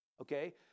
Okay